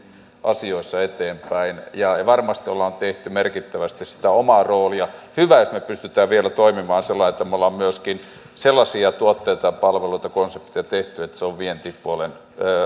asioissa eteenpäin ja varmasti olemme tehneet merkittävästi sitä omaa roolia hyvä jos me pystymme vielä toimimaan sillä lailla että me olemme myöskin sellaisia tuotteita ja palveluita konsepteja tehneet että se on vientipuolen